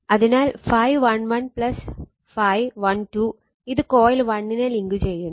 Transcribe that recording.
അതിനാൽ ∅11∅12 ഇത് കോയിൽ 1നെ ലിങ്ക് ചെയ്യുന്നു